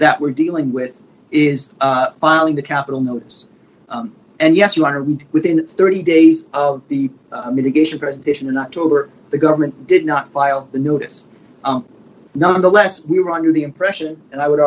that we're dealing with is filing the capital notice and yes you are within thirty days of the mitigation presentation or not over the government did not file the notice nonetheless we were under the impression and i would